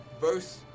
verse